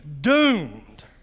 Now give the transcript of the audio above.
doomed